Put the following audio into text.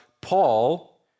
Paul